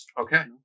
Okay